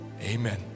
amen